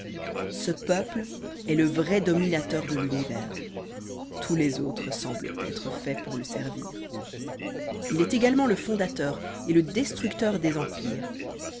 ce peuple est le vrai dominateur de l'univers tous les autres semblent être faits pour le servir il est également le fondateur et le destructeur des empires